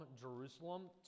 Jerusalem